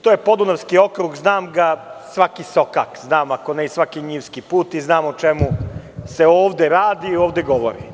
To je Podunavski okrug, znam svaki sokak znam, ako ne i svaki njivski put i znam o čemu se ovde radi i ovde govori.